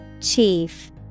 Chief